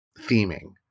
theming